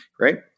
Right